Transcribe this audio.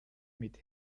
mit